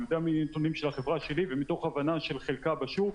אני יודע את זה מנתונים של החברה שלי ומתוך הבנה של חלקה בשוק